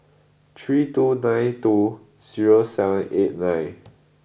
three two nine two zero seven eight nine